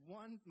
one